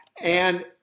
and-